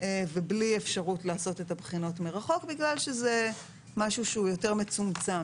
ובלי אפשרות לעשות את הבחינות מרחוק בגלל שזה משהו שהוא יותר מצומצם.